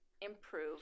improve